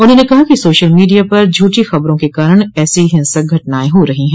उन्होंने कहा कि सोशल मीडिया पर झूठी खबरों के कारण ऐसी हिंसक घटनाएं हो रही हैं